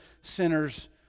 sinners